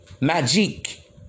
magic